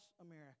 America